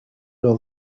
leurs